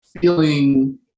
feeling